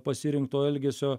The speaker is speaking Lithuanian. pasirinkto elgesio